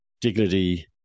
dignity